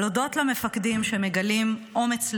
אבל הודות למפקדים שמגלים אומץ לב,